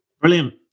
Brilliant